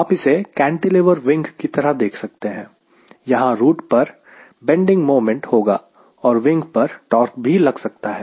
आप इसे cantilever wing की तरह देख सकते हैं यहां रूट पर बेंडिंग मोमेंट होगा और विंग पर टॉर्क भी लग सकता है